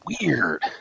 weird